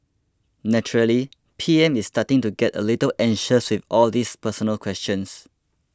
naturally P M is starting to get a little anxious with all these personal questions